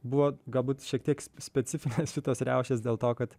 buvo galbūt šiek tiek specifinės šitos riaušes dėl to kad